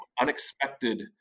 unexpected